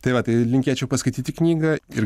tai va tai linkėčiau paskaityti knygą ir